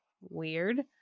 Weird